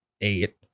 eight